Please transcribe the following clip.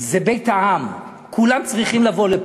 זה בית העם, כולם צריכים לבוא.